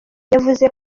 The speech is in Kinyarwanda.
yavuze